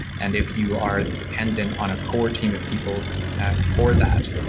and if you are dependent on a core team of people for that,